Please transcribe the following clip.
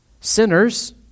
Sinners